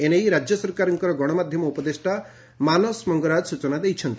ଏନେଇ ରାଜ୍ୟ ସରକାରଙ୍କ ଗଣମାଧ୍ଧମ ଉପଦେଷା ମାନସ ମଙ୍ଗରାଜ ସ୍ଚନା ଦେଇଛନ୍ତି